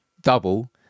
double